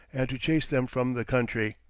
and to chase them from the country.